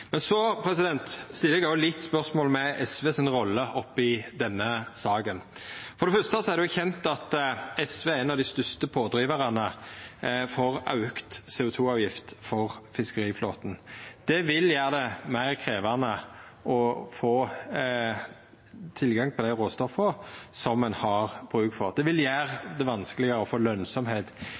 Men eg stiller òg litt spørsmål ved SV si rolle i denne saka. For det fyrste er det kjent at SV er ein av dei største pådrivarane for auka CO 2 -avgift for fiskeriflåten. Det vil gjera det meir krevjande å få tilgang på dei råstoffa som ein har bruk for. Det vil gjera det vanskelegare å få